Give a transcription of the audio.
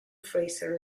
fraser